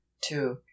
Two